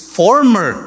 former